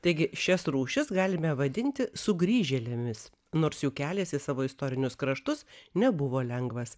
taigi šias rūšis galime vadinti sugrįžėlėmis nors jų kelias į savo istorinius kraštus nebuvo lengvas